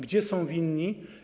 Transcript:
Gdzie są winni?